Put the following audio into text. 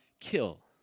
kill